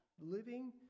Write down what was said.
living